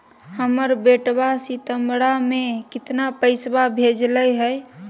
हमर बेटवा सितंबरा में कितना पैसवा भेजले हई?